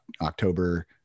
October